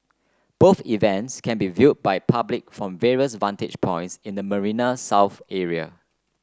both events can be viewed by the public from various vantage points in the Marina South area